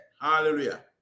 Hallelujah